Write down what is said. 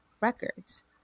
Records